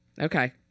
Okay